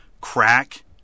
crack